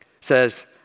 says